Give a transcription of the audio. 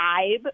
vibe